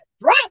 right